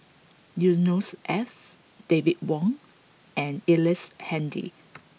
Yusnor Ef David Wong and Ellice Handy